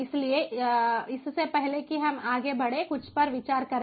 इसलिए इससे पहले कि हम आगे बढ़ें कुछ पर विचार करें